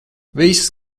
viss